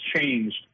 changed